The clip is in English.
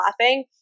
laughing